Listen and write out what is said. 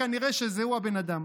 כנראה שהוא הבן אדם.